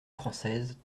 française